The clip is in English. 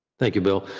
thank you, bill.